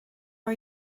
are